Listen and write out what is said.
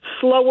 slower